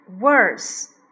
Worse